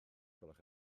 gwelwch